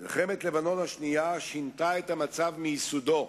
מלחמת לבנון השנייה שינתה את המצב מיסודו.